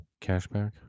Cashback